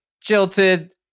jilted